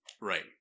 Right